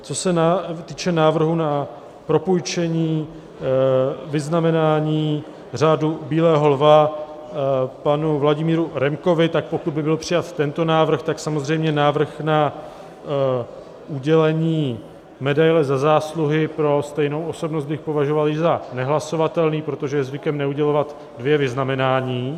Co se týče návrhu na propůjčení vyznamenání Řádu bílého lva panu Vladimíru Remkovi, tak pokud by byl přijat tento návrh, návrh na udělení medaile Za zásluhy pro stejnou osobnost bych považoval za nehlasovatelný, protože je zvykem neudělovat dvě vyznamenání.